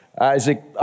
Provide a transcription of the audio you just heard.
Isaac